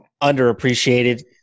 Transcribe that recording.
underappreciated